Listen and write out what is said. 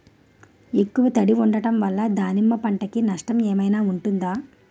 ఎక్కువ తడి ఉండడం వల్ల దానిమ్మ పంట కి నష్టం ఏమైనా ఉంటుందా?